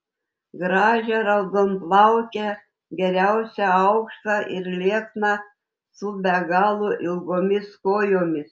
gražią raudonplaukę geriausia aukštą ir liekną su be galo ilgomis kojomis